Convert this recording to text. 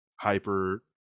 hyper